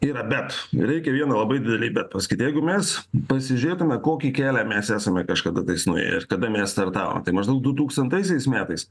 yra bet reikia vieną labai didelį bet pasakyti jeigu mes pasižiūrėtume kokį kelią mes esame kažkada tai nuėję ir kada mes startavome tai maždaug du tūkstantaisiais metais